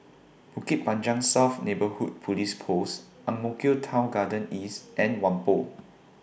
Bukit Panjang South Neighbourhood Police Post Ang Mo Kio Town Garden East and Whampoa